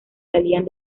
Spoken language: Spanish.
salían